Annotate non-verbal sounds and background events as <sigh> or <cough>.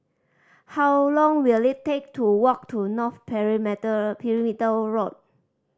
how long will it take to walk to North Perimeter <unintelligible> Road